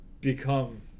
become